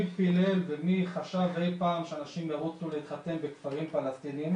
מי פילל ומי חשב אי פעם שאנשים ירוצו להתחתן בכפרים פלסטינים.